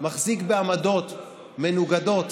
מחזיק בעמדות מנוגדות